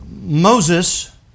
Moses